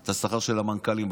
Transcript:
את השכר של המנכ"לים במדינה,